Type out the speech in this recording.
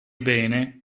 bene